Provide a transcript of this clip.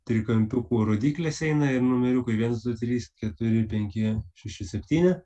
trikampiukų rodyklės eina ir numeriukai viens du trys keturi penki šeši septyni